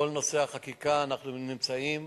בכל נושא החקיקה אנחנו נמצאים